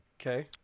Okay